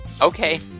Okay